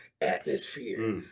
atmosphere